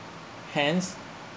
hence